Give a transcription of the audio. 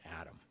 adam